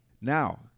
Now